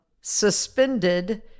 suspended